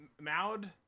Maud